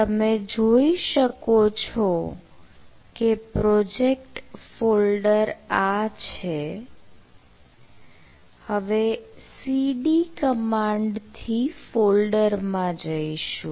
તમે જોઈ શકો છો કે પ્રોજેક્ટ ફોલ્ડર આ છે હવે cd કમાન્ડથી ફોલ્ડર માં જઈશું